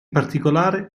particolare